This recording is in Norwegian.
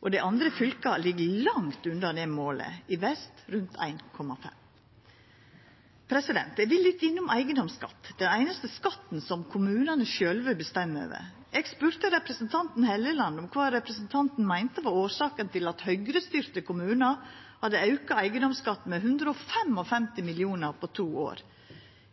to. Dei andre fylka ligg langt under det målet, i Vest rundt 1,5. Eg vil litt innom eigedomsskatt, den einaste skatten som kommunane sjølve bestemmer over. Eg spurde representanten Helleland om kva representanten meinte var årsaka til at Høgre-styrte kommunar hadde auka eigedomsskatten med 155 mill. kr på to år.